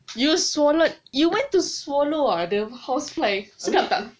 you swallowed you went to swallow ah the housefly sedap tak